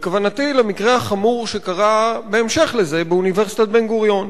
כוונתי למקרה החמור שקרה בהמשך לזה באוניברסיטת בן-גוריון.